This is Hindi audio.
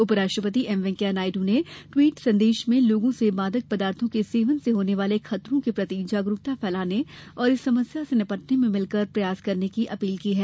उप राष्ट्रपति एम वेंकैया नायडू ने ट्वीट संदेश में लोगों से मादक पदार्थों के सेवन से होने वाले खतरों के प्रति जागरुकता फैलाने और इस समस्या से निपटने में मिलकर प्रयास करने की अपील की है